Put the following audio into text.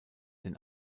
den